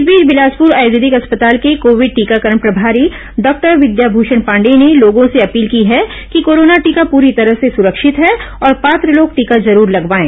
इस बीच बिलासपुर आयुर्वेदिक अस्पताल के कोविड टीकाकरण प्रभारी डॉक्टर विद्याभूषण पांडेय ने लोगों से अपील की है कि कोरोना टीका पूरी तरह से सुरक्षित है और पात्र लोग टीका जरूर लगवाएं